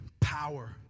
power